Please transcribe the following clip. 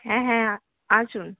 হ্যাঁ হ্যাঁ আসুন